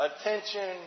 attention